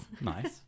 Nice